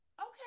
Okay